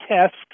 test